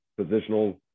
positional